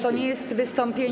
To nie jest wystąpienie.